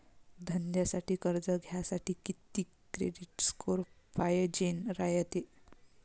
धंद्यासाठी कर्ज घ्यासाठी कितीक क्रेडिट स्कोर पायजेन रायते?